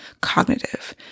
cognitive